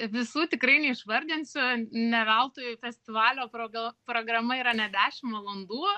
visų tikrai neišvardinsiu ne veltui festivalio proga programa yra net dešim valandų